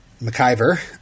McIver